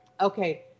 Okay